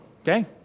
okay